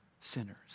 sinners